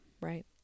Right